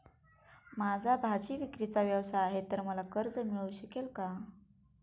माझा भाजीविक्रीचा व्यवसाय आहे तर मला कर्ज मिळू शकेल का?